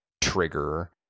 trigger